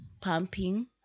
pumping